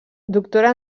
doctora